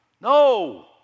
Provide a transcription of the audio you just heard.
No